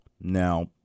Now